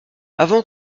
avant